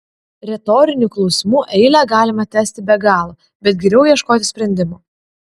retorinių klausimų eilę galima tęsti be galo bet geriau ieškoti sprendimo